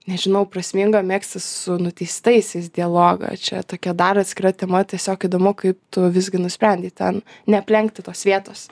nežinau prasminga megzti su nuteistaisiais dialogą čia tokia dar atskira tema tiesiog įdomu kaip tu visgi nusprendei ten neaplenkti tos vietos